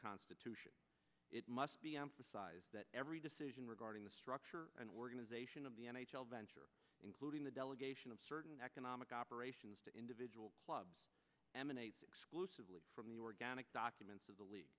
constitution it must be emphasized that every decision regarding the structure and organization of the n h l venture including the delegation of certain economic operations to individual clubs emanates exclusively from the organic documents of the league